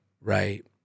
Right